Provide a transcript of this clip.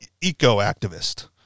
eco-activist